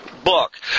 book